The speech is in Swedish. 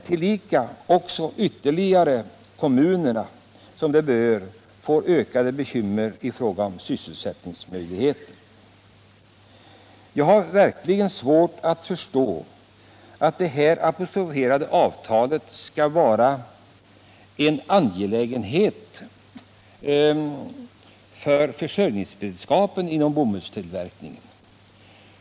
Tillika ökar ytterligare de berörda kommunernas bekymmer i fråga om sysselsättningsmöjligheter. Jag har verkligen svårt att förstå att det här apostroferade avtalet skall vara en angelägenhet för försörjningsberedskapen inom bomullstillverkningen.